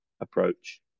approach